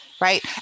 Right